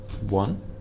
One